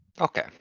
Okay